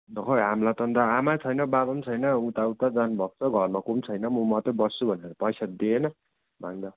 अन्त खोइ हामीलाई त अन्त आमा पनि छैन बाबा पनि छैन उता उता जानु भएको छ घरमा कोही पनि छैन म मात्रै बस्छु भनेर पैसा दिएन माग्दा